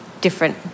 different